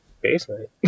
basement